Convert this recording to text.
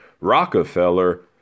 Rockefeller